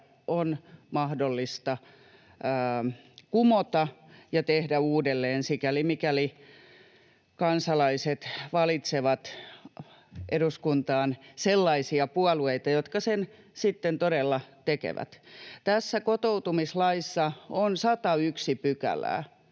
on mahdollista kumota ja tehdä uudelleen, sikäli mikäli kansalaiset valitsevat eduskuntaan sellaisia puolueita, jotka sen sitten todella tekevät. Tässä kotoutumislaissa on 101 pykälää